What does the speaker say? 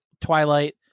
Twilight